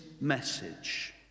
message